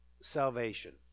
salvation